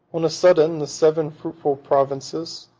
on a sudden the seven fruitful provinces,